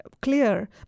clear